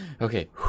okay